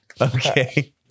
Okay